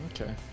Okay